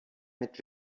mit